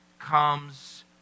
comes